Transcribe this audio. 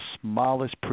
smallest